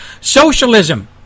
socialism